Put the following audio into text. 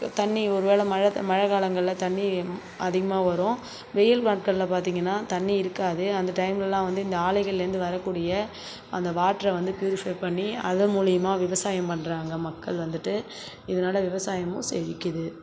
தண்ணி ஒருவேளை மழை மழை காலங்களில் தண்ணி அதிகமாக வரும் வெயில் நாட்களில் பார்த்தீங்கனா தண்ணி இருக்காது அந்த டைம்லலாம் வந்து இந்த அலைகள்லேருந்து வரக்கூடிய அந்த வாட்டரை வந்து ப்யூரிஃபை பண்ணி அது மூலியமாக விவசாயம் பண்ணுறாங்க மக்கள் வந்துகிட்டு இதனால் விவசாயமும் செழிக்குது